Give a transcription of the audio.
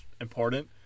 important